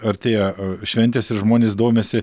artėja šventės ir žmonės domisi